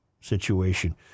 situation